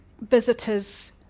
visitors